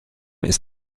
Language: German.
ist